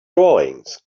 drawings